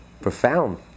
profound